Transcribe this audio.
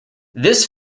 this